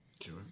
Sure